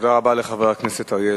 תודה רבה לחבר הכנסת אריה אלדד.